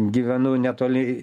gyvenu netoli